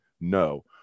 No